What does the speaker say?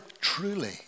truly